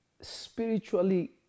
spiritually